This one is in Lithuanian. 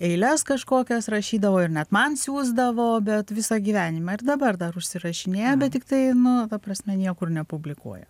eiles kažkokias rašydavo ir net man siųsdavo bet visą gyvenimą ir dabar dar užsirašinėja bet tiktai nu ta prasme niekur nepublikuoja